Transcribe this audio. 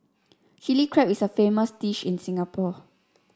Chilli Crab is a famous dish in Singapore